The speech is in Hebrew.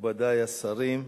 מכובדי השרים,